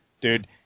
Dude